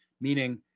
meaning